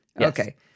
Okay